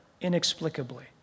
inexplicably